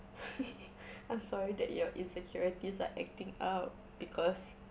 I'm sorry that your insecurities are acting up because